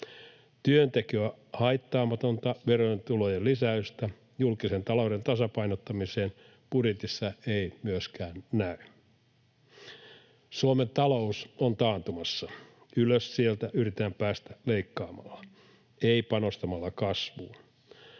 Työntekoa haittaamatonta verotulojen lisäystä julkisen talouden tasapainottamiseen budjetissa ei myöskään näy. Suomen talous on taantumassa. Ylös sieltä yritetään päästä leikkaamalla, ei panostamalla kasvuun.